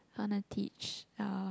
I wanna teach um